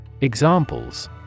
Examples